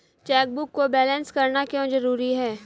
Chequebook को balance करना क्यों जरूरी है?